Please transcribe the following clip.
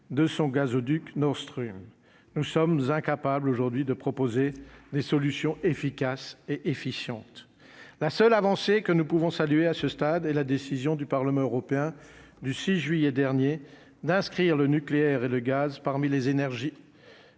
de son gazoduc n'Austruy, nous sommes incapables aujourd'hui de proposer des solutions efficaces et efficientes la seule avancée que nous pouvons saluer à ce stade et la décision du Parlement européen du 6 juillet dernier d'inscrire le nucléaire et le gaz parmi les énergies